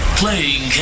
playing